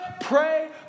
pray